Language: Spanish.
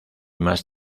más